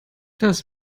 das